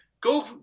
Go